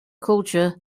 culture